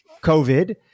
COVID